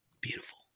Beautiful